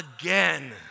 again